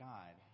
God